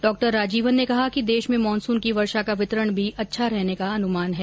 doctor Rajeevan ने कहा कि देश में मानसून की वर्षा का वितरण भी अच्छा रहने का अनुमान है